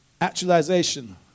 actualization